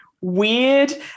weird